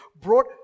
brought